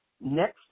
next